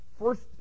first